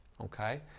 Okay